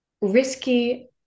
risky